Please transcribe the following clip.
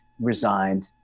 resigned